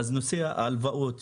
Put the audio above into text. נושא ההלוואות